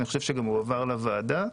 גם הועבר לוועדה,